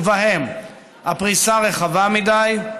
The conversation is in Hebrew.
ובהם הפריסה הרחבה מדי,